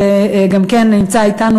שגם כן נמצא אתנו,